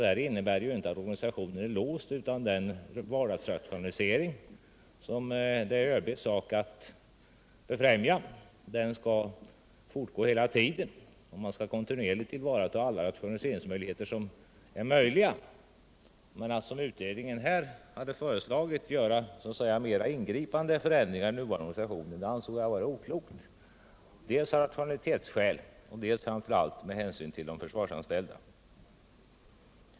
Det innebär ju inte att organisationen är låst, utan den vardagsrationalisering, som det är ÖB:s sak att befrämja, skall fortgå hela tiden. Man skall kontinuerligt tillvarata alla rationaliseringsmöjligheter som finns. Men att, som utredningen hade föreslagit, göra mera ingripande förändringar i den nuvarande organisationen ansåg jag vara oklokt, dels av rationalitetsskäl, dels, och framför allt, med hänsyn till de försvarsanställda.